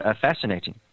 fascinating